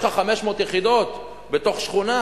יש לך 500 יחידות דיור בתוך שכונה?